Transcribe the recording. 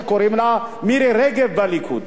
שקוראים לה מירי רגב בליכוד.